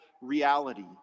reality